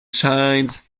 shines